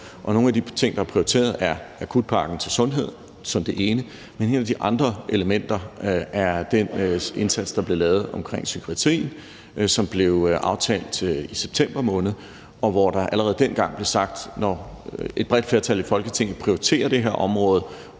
nogle af de ting, der er prioriteret, er akutpakken til sundhed som det ene. Et af de andre elementer er den indsats, der blev lavet omkring psykiatrien, og som blev aftalt i september måned, og hvor der allerede dengang blev sagt, at når et bredt flertal i Folketinget prioriterer det her område,